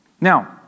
Now